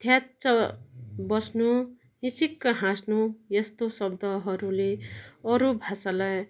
थ्याच्च बस्नु ङिचिक्क हाँस्नु यस्तो शब्दहरूले अरू भाषालाई